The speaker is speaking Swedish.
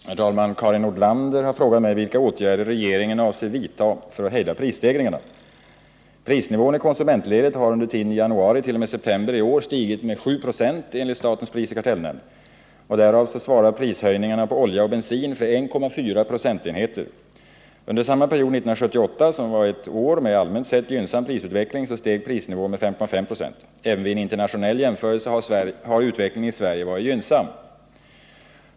Herr talman! Karin Nordlander har frågat mig vilka åtgärder regeringen avser att vidta för att hejda prisstegringarna. Prisnivån i konsumentledet har under tiden januari t.o.m. september i år stigit med 7,0 96 enligt statens prisoch kartellnämnd. Därav svarar prishöjningarna på olja och bensin för 1,4 procentenheter. Under samma period 1978, som var ett år med allmänt sett gynnsam prisutveckling, steg prisnivån med 5,5 96. Även vid en internationell jämförelse har utvecklingen i Sverige varit gynnsam.